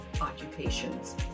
occupations